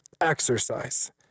exercise